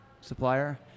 supplier